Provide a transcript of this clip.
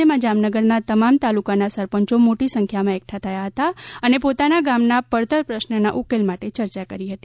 જેમાં જામનગરના તમામ તાલુકાના સરપંચો મોટી સંખ્યામાં એકઠા થયા હતા અને પોતાના ગામના પડતર પ્રશ્નના ઉકેલ માટે ચર્ચા કરી હતી